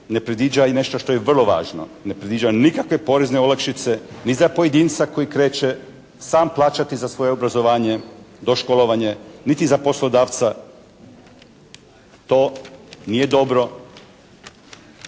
ne predviđa i nešto što je vrlo važno. Ne predviđa nikakve porezne olakšice ni za pojedinca koji kreće sam plaćati za svoje obrazovanje, doškolovanje, niti za poslodavca to nije dobro.